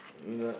I mean got